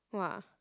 !wah!